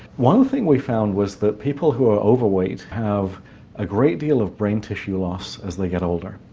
one thing we found was that people who are overweight have a great deal of brain tissue loss as they get older.